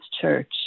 church